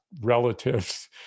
relatives